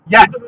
Yes